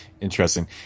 interesting